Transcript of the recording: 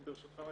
אני